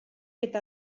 eta